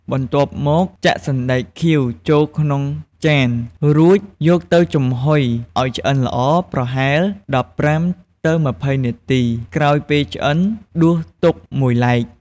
បន្ទាប់មកចាក់សណ្ដែកខៀវចូលក្នុងចាន រួចយកទៅចំហុយឲ្យឆ្អិនល្អ ប្រហែល ១៥ ទៅ ២០ នាទី ក្រោយពេលឆ្អិន ដួសទុកមួយឡែក។